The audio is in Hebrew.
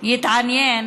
יתעניין